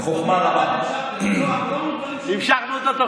אבל סך הכול 53. אנחנו מסכימים על אותו דבר.